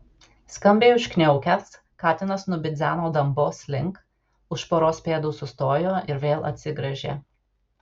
skambiai užkniaukęs katinas nubidzeno dambos link už poros pėdų sustojo ir vėl atsigręžė